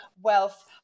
wealth